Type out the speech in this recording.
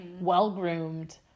well-groomed